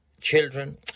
children